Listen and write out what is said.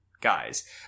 guys